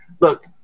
Look